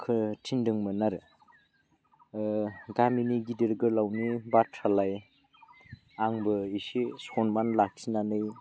थिन्दोंमोन आरो गामिनि गिदिर गोलावनि बाथ्रालाय आंबो एसे सन्मान लाखिनानै